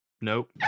Nope